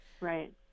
Right